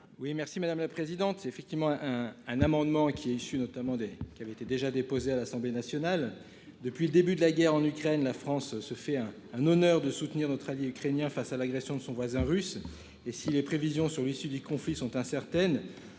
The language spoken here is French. merci madame la présidente. C'est effectivement un un amendement qui est issu notamment des qui avait été déjà déposé à l'Assemblée nationale depuis le début de la guerre en Ukraine, la France se fait un honneur de soutenir notre allié ukrainien face à l'agression de son voisin russe. Et si les prévisions sur l'issue du conflit sont incertaines.